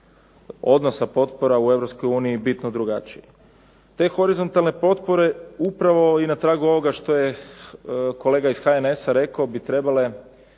odnosa potpora u Europskoj uniji bitno drugačiji. Te horizontalne potpore upravo i na tragu ovoga što je kolega iz HNS-a rekao bi trebale